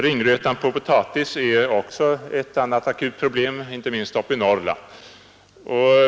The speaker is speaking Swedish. Ringrötan på potatis är ett annat akut problem, inte minst uppe i Norrland.